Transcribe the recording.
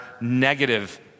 negative